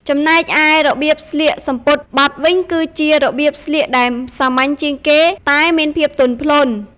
ចំណែកឯរបៀបស្លៀកសំពត់បត់វិញគឺជារបៀបស្លៀកដែលសាមញ្ញជាងគេតែមានភាពទន់ភ្លន់។